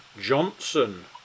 Johnson